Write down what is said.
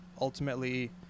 ultimately